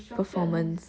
performance